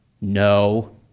No